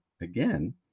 again